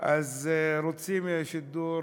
והם רוצים שידור